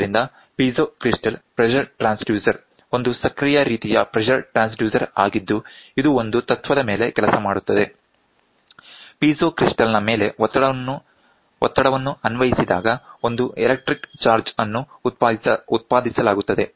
ಆದ್ದರಿಂದ piezo crystal pressure transducer ಒಂದು ಸಕ್ರಿಯ ರೀತಿಯ ಪ್ರೆಶರ್ ಟ್ರಾನ್ಸ್ಡ್ಯೂಸರ್ ಆಗಿದ್ದು ಇದು ಒಂದು ತತ್ವದ ಮೇಲೆ ಕೆಲಸ ಮಾಡುತ್ತದೆ ಪೀಜೋ ಕ್ರಿಸ್ಟಲ್ ನ ಮೇಲೆ ಒತ್ತಡವನ್ನು ಅನ್ವಯಿಸಿದಾಗ ಒಂದು ಎಲೆಕ್ಟ್ರಿಕ್ ಚಾರ್ಜ್ಅನ್ನು ಉತ್ಪಾದಿಸಲಾಗುತ್ತದೆ